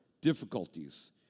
difficulties